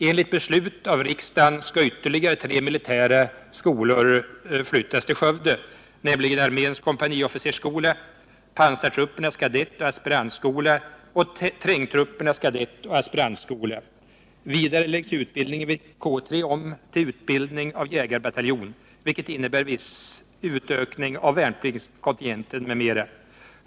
Enligt beslut av riksdagen skall ytterligare tre militära skolor flyttas till Skövde, nämligen arméns kompaniofficersskola, pansartruppernas kadettoch aspirantskola och trängtruppernas kadettoch aspirantskola. Vidare läggs utbildningen vid förbandet K 3 om till utbildning av jägarbataljon, vilket innebär viss utökning av värnpliktskontingenten m.m.